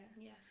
yes